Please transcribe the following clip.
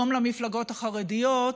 יום למפלגות החרדיות,